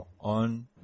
on